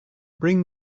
bring